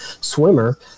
swimmer